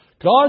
God